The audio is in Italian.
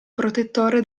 protettore